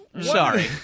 Sorry